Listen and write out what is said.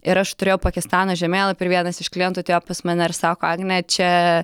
ir aš turėjau pakistano žemėlapį ir vienas iš klientų atėjo pas mane ir sako agne čia